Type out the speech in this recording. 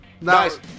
Nice